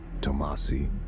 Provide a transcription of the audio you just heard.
Tomasi